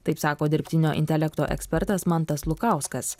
taip sako dirbtinio intelekto ekspertas mantas lukauskas